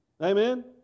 Amen